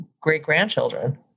great-grandchildren